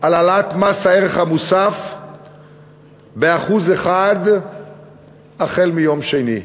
על העלאת מס ערך מוסף ב-1% החל מיום שני.